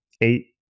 eight